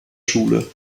schule